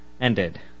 ended